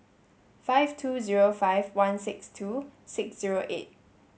five two zero five one six two six zero eight